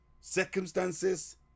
circumstances